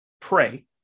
pray